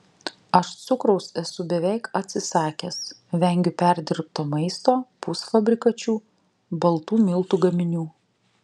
aš cukraus esu beveik atsisakęs vengiu perdirbto maisto pusfabrikačių baltų miltų gaminių